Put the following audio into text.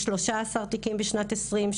יש 13 תיקים בשנת 2020,